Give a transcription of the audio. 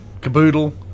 Caboodle